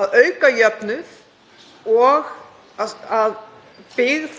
að auka jöfnuð, að byggð